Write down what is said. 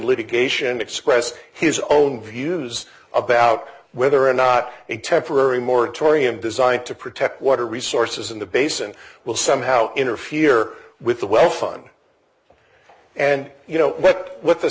litigation expressed his own views about whether or not a temporary moratorium designed to protect water resources in the basin will somehow interfere with the well fun and you know what what the